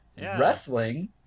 wrestling